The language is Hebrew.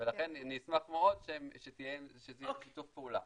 ולכן אני אשמח מאוד שזה יהיה בשיתוף פעולה.